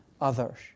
others